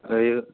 ഒരു